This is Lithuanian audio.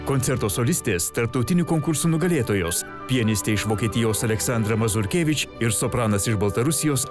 koncertuos solistės tarptautinių konkursų nugalėtojos pianistė iš vokietijos aleksandra mazurkėvič ir sopranas iš baltarusijos